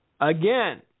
Again